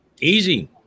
easy